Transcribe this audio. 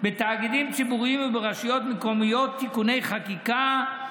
בתאגידים ציבוריים וברשויות מקומיות (תיקוני חקיקה)